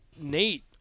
Nate